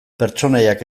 pertsonaiak